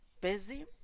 busy